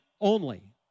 only